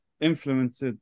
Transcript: influenced